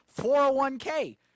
401K